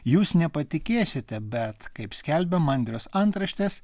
jūs nepatikėsite bet kaip skelbia mandrios antraštės